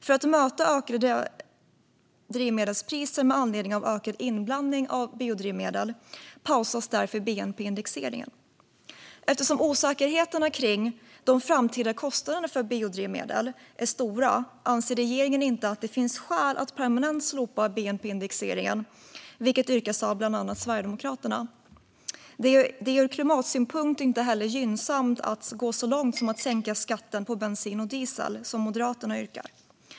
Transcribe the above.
För att möta ökade drivmedelspriser med anledning av ökad inblandning av biodrivmedel pausas därför bnp-indexeringen. Eftersom osäkerheten kring de framtida kostnaderna för biodrivmedel är stor anser regeringen inte att det finns skäl att permanent slopa bnp-indexeringen, vilket yrkas av bland andra Sverigedemokraterna. Det är ur klimatsynpunkt inte heller gynnsamt att gå så långt som att sänka skatten på bensin och diesel, som Moderaterna yrkar.